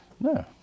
No